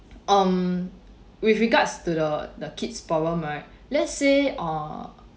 um with regards to the the kids problem right let's say uh